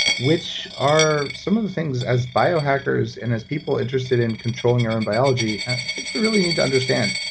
which are some of the things as biohackers and as people interested in controlling our own biology thinks we really need to understand.